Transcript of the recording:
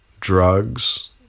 drugs